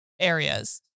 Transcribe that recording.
areas